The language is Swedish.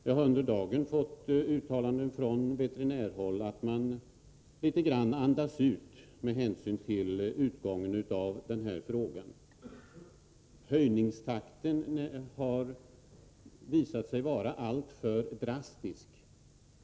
Jag har under dagen fått motta uttalanden från veterinärhåll, som tyder på att man snarast andas ut med hänsyn till utgången av denna fråga. Höjningstakten har visat sig vara alltför drastisk.